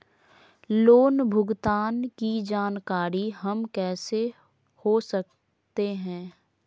Loan भुगतान की जानकारी हम कैसे हो सकते हैं?